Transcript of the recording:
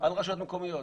על רשויות מקומיות